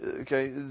Okay